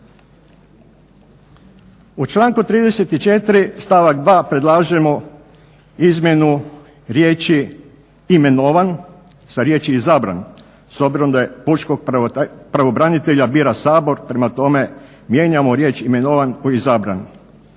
U članku 34. stavak 2. predlažemo izmjenu riječi imenovan, sa riječi izabran s obzirom da je pučkog pravobranitelja bira Sabor, prema tome mijenjamo riječ imenovan u izabran.